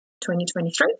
2023